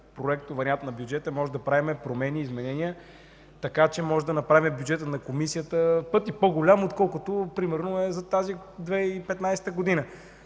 проектовариант на бюджета можем да правим промени и изменения, така че можем да направим бюджета на Комисията пъти по-голям, отколкото е за 2015 г.